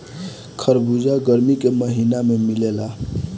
खरबूजा गरमी के महिना में मिलेला